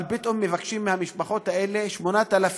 אבל פתאום מבקשים מהמשפחות האלה לשלם 8,000